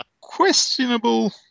Questionable